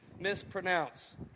mispronounce